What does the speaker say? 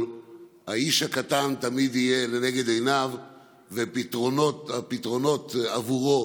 האיש הקטן תמיד יהיה לנגד עיניו והפתרונות עבורו